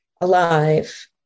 alive